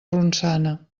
ronçana